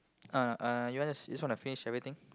oh no uh you want just you just wanna finish everything